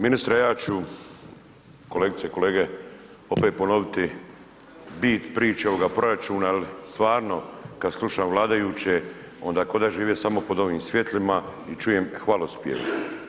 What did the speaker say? Ministre ja ću kolegice i kolege opet ponoviti bit priče ovoga proračuna jel stvarno kada slušam vladajuće onda ko da žive samo pod ovim svjetlima i čujem hvalospjeve.